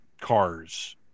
cars